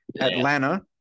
Atlanta